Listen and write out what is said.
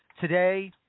today